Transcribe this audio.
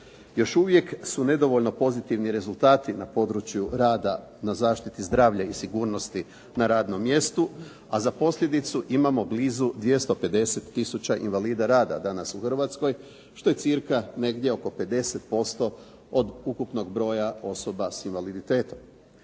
još uvijek su nedovoljno pozitivni rezultati na području rada na zaštiti zdravlja i sigurnosti na radnom mjestu a za posljedicu imamo blizu 250 tisuća invalida rada danas u Hrvatskoj što je cca. negdje oko 50% od ukupnog broja osoba sa invaliditetom.